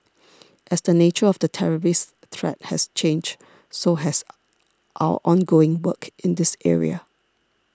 as the nature of the terrorist threat has changed so has our ongoing work in this area